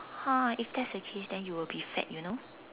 !huh! if that's the case then you will be fat you know